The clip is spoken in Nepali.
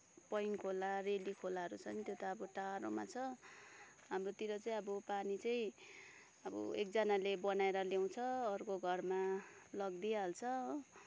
पैन खोला रेली खोलाहरू छ नि त्यो त अब टाढोमा छ हाम्रोतिर चाहिँ अब पानी चाहिँ अब एकजनाले बनाएर ल्याउँछ अर्को घरमा लगिदिई हाल्छ हो